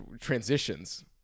transitions